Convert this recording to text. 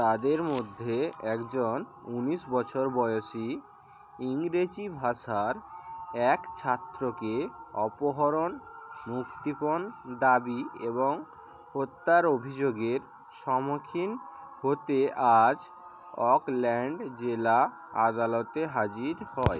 তাদের মধ্যে একজন ঊনিশ বছর বয়সী ইংরেজি ভাষার এক ছাত্রকে অপহরণ মুক্তিপণ দাবি এবং হত্যার অভিযোগের সম্মুখীন হতে আজ অকল্যাণ্ড জেলা আদালতে হাজির হয়